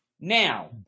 Now